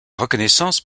reconnaissance